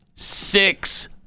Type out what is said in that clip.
Six